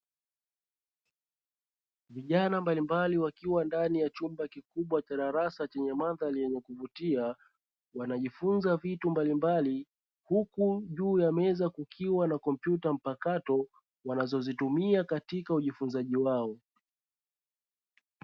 Vijana mbalimbali wakiwa ndani ya chumba kikubwa cha darasa; chenye mandhari yenye kuvutia, wanajifunza vitu mbalimbali huku juu ya meza kukiwa na kompyuta mpakato wanazozitumia katika ujifunzaji wao.